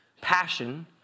passion